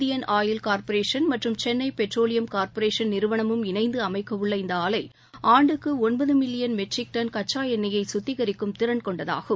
Indian oil corporation மற்றும் Chennai petroleum corporation நிறுவனமும் இணைந்துஅமைக்கவுள்ள இந்தஆலைஆண்டுக்குஒன்பதுமில்லியன் மெட்ரிக் டன் எண்ணெய் கத்திகிக்கும் திறன் கொண்டதாகும்